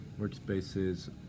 workspaces